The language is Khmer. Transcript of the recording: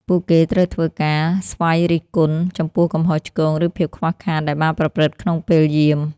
ពួកគេត្រូវធ្វើការ «ស្វ័យរិះគន់» ចំពោះកំហុសឆ្គង ឬភាពខ្វះខាតដែលបានប្រព្រឹត្តក្នុងពេលយាម។